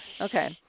Okay